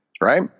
Right